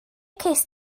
cest